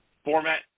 format